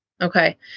Okay